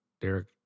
derek